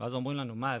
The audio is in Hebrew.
ואז אומרים לנו מה,